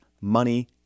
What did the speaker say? money